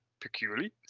peculiarly